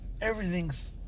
everything's